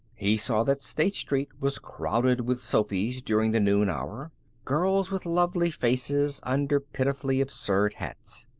he saw that state street was crowded with sophys during the noon hour girls with lovely faces under pitifully absurd hats.